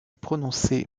prononcée